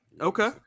Okay